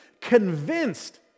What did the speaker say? convinced